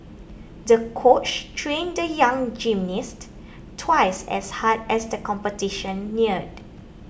the coach trained the young gymnast twice as hard as the competition neared